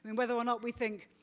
and whether or not we think,